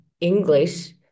English